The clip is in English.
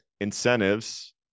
incentives